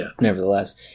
nevertheless